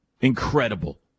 incredible